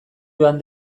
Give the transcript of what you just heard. joan